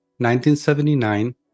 1979